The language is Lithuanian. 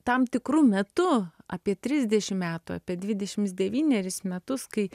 tam tikru metu apie trisdešim metų apie dvidešimt devynerius metus kai